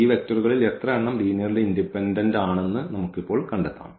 ഈ വെക്റ്ററുകളിൽ എത്ര എണ്ണം ലീനിയർലി ഇൻഡിപെൻഡൻഡ് ആണെന്ന് നമുക്ക് ഇപ്പോൾ കണ്ടെത്താം